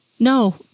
No